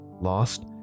lost